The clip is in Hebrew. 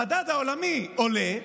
המדד העולמי עולה,